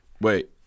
Wait